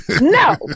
No